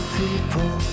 people